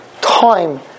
time